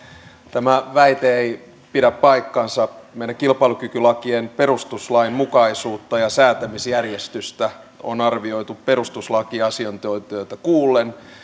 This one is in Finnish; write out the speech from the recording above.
tämä väite ei pidä paikkaansa meidän kilpailukykylakien perustuslainmukaisuutta ja säätämisjärjestystä on arvioitu perustuslakiasiantuntijoita kuullen